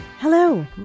Hello